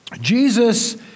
Jesus